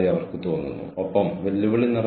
നിങ്ങളിൽ നിന്ന് നമ്മൾക്ക് ലഭിക്കുന്ന പ്രതികരണം